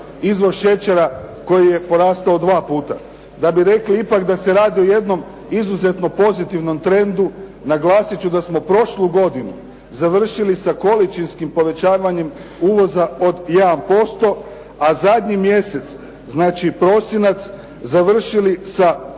Izvoz šećera koji je porastao dva puta. Da bi rekli ipak da se radi o jednom izuzetno pozitivnom trendu naglasiti ću da smo prošlu godinu završili sa količinskim povećavanjem uvoza od 1% a zadnji mjesec, znači prosinac završili sa